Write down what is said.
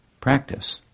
practice